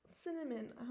cinnamon